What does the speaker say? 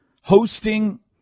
hosting